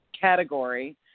category